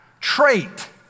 trait